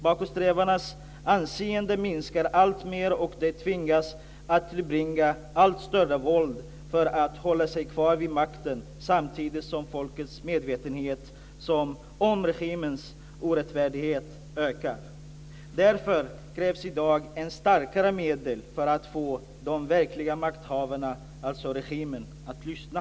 Bakåtsträvarnas anseende minskar alltmer, och de tvingas att tillgripa allt större våld för att hålla sig kvar vid makten samtidigt som folkets medvetenhet om regimens orättfärdighet ökar. Därför krävs det i dag än starkare medel för att få de verkliga makthavarna - regimen - att lyssna.